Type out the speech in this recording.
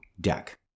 deck